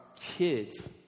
kids